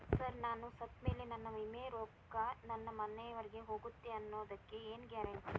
Sir ನಾನು ಸತ್ತಮೇಲೆ ನನ್ನ ವಿಮೆ ರೊಕ್ಕಾ ನನ್ನ ಮನೆಯವರಿಗಿ ಹೋಗುತ್ತಾ ಅನ್ನೊದಕ್ಕೆ ಏನ್ ಗ್ಯಾರಂಟಿ ರೇ?